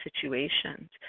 situations